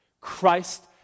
Christ